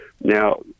Now